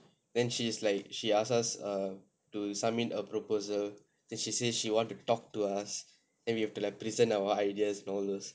then she is like she ask us err to submit a proposal then she say she want to talk to us and we have to like present our ideas all those